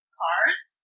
cars